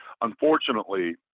unfortunately